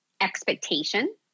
Expectation